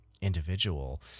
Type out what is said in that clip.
individual